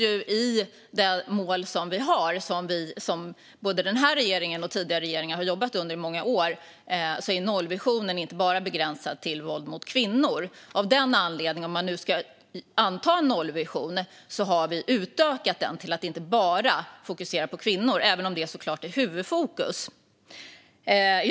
Men i det mål som vi har, och som både den här och tidigare regeringar har jobbat med under många år, är nollvisionen inte begränsad enbart till våld mot kvinnor. Av den anledningen, om man nu ska anta en nollvision, har vi utökat den till att inte bara fokusera på kvinnor, även om det såklart är huvudfokus.